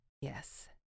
Yes